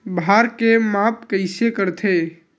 भार के माप कइसे करथे?